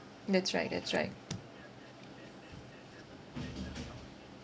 that's right that's right